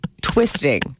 twisting